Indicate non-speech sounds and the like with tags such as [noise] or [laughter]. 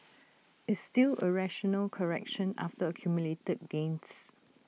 [noise] it's still A rational correction after accumulated gains